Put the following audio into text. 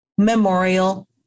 Memorial